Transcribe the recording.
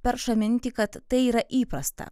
perša mintį kad tai yra įprasta